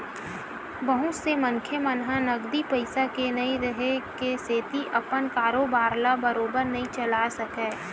बहुत से मनखे मन ह नगदी पइसा के नइ रेहे के सेती अपन कारोबार ल बरोबर नइ चलाय सकय